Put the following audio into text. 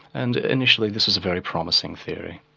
and initially, this is a very promising theory.